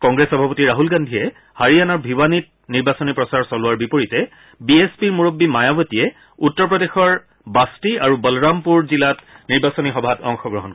কংগ্ৰেছ সভাপতি ৰাহুল গান্ধীয়ে হাৰিয়াণাৰ ভিৱানীত নিৰ্বাচনী প্ৰচাৰ চলোৱাৰ বিপৰীতে বি এছ পিৰ মূৰববী মায়াৰতীয়ে উত্তৰ প্ৰদেশৰ বাট্টি আৰু বলৰামপুৰ জিলাত নিৰ্বাচনী সভাত অংশগ্ৰহণ কৰিব